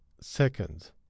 Second